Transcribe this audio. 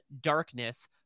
darkness